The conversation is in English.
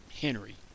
Henry